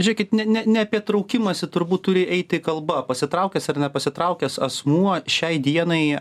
žiūrėkit ne ne ne apie traukimąsi turbūt turi eiti kalba pasitraukęs ar nepasitraukęs asmuo šiai dienai